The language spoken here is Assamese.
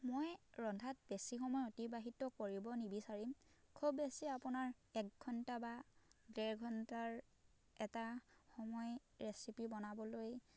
মই ৰন্ধাত বেছি সময় অতিবাহিত কৰিব নিবিচাৰিম খুব বেছি আপোনাৰ এক ঘন্টা বা ডেৰ ঘন্টাৰ এটা সময় ৰেচিপি বনাবলৈ